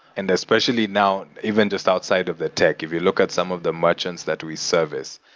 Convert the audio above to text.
and especially now, even just outside of the tech, if you look at some of the merchants that we service,